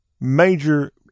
major